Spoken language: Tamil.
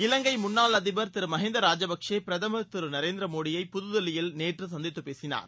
இலங்கை முன்னாள் அதிபர் திரு மஹிந்த ராஜபக்சே பிரதமர் திரு நரேந்திர மோடியை புதுதில்லியில் நேற்று சந்தித்து பேசினார்